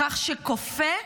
בכך שכופה,